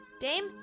Dame